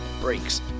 brakes